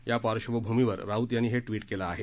या पार्श्वभूमीवर राऊत यांनी हे ट्विट केलं आहे